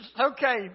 okay